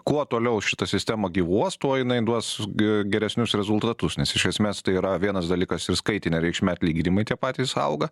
kuo toliau šita sistema gyvuos tuo jinai duos g geresnius rezultatus nes iš esmės tai yra vienas dalykas ir skaitinė reikšmė atlyginimai tie patys auga